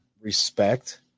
respect